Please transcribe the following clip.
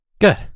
Good